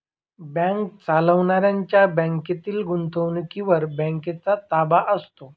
bank चालवणाऱ्यांच्या बँकेतील गुंतवणुकीवर बँकेचा ताबा असतो